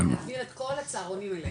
על להעביר את כל הצהרונים אליהם.